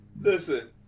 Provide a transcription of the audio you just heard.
Listen